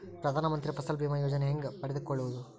ಪ್ರಧಾನ ಮಂತ್ರಿ ಫಸಲ್ ಭೇಮಾ ಯೋಜನೆ ಹೆಂಗೆ ಪಡೆದುಕೊಳ್ಳುವುದು?